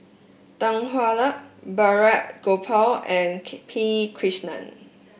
Tan Hwa Luck Balraj Gopal and P Krishnan